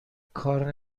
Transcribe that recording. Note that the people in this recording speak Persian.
کار